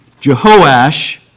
Jehoash